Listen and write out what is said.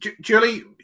Julie